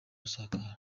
gusakara